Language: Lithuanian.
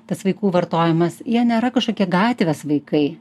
tas vaikų vartojimas jie nėra kažkokie gatvės vaikai